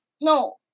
no